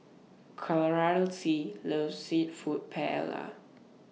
Charlsie loves Seafood Paella